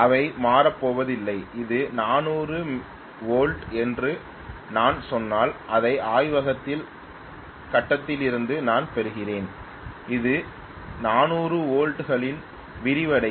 அவை மாறப்போவதில்லை இது 400 வோல்ட் என்று நான் சொன்னால் எனது ஆய்வகத்தில் கட்டத்திலிருந்து நான் பெறுகிறேன் அது 400 வோல்ட் டுகளில் விரிவடையும்